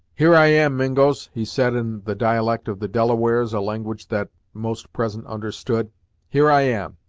here i am, mingos, he said, in the dialect of the delawares, a language that most present understood here i am,